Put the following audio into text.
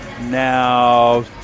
now